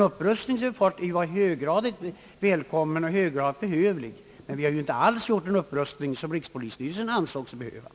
Upprustningen var självfallet höggradigt behövlig och välkommen, men vi har inte alls genomfört den upprustning som rikspolisstyrelsen ansett nödvändig.